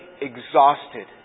exhausted